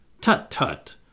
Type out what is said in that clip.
Tut-tut